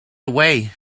away